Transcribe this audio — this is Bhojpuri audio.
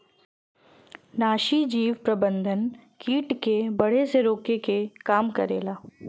नाशीजीव प्रबंधन कीट के बढ़े से रोके के काम करला